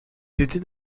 étaient